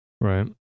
Right